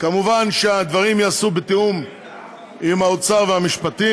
מובן שהדברים ייעשו בתיאום עם האוצר והמשפטים.